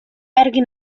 argi